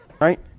right